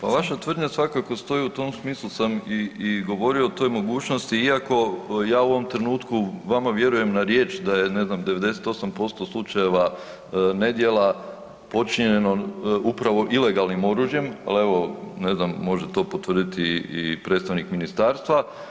Pa vaša tvrdnja svakako stoji, u tom smislu sam i govorio o toj mogućnosti, iako ja u ovom trenutku vama vjerujem na riječ da je, ne znam, 98% slučajeva nedjela počinjeno upravo ilegalnim oružjem, ali evo, ne znam, može to potvrditi i predstavnik ministarstva.